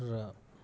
र